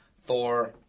Thor